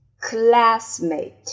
classmate